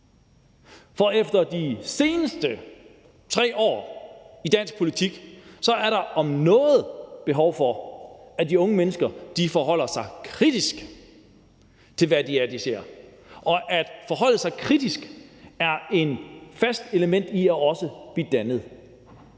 For efter de seneste 3 år i dansk politik er der om noget behov for, at de unge mennesker forholder sig kritisk til, hvad det er, de ser. At forholde sig kritisk er også et fast element i at blive dannet,